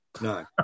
no